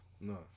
No